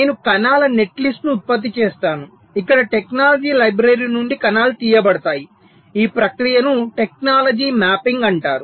నేను కణాల నెట్లిస్ట్ను ఉత్పత్తి చేస్తాను ఇక్కడ టెక్నాలజీ లైబ్రరీ నుండి కణాలు తీయబడతాయి ఈ ప్రక్రియను టెక్నాలజీ మ్యాపింగ్ అంటారు